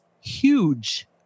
huge